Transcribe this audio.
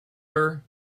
her